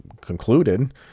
concluded